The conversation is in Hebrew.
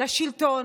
לשלטון.